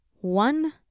one